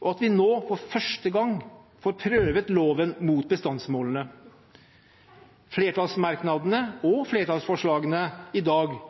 og at vi nå for første gang får prøvd loven mot bestandsmålene. Flertallsmerknadene og flertallsforslagene i dag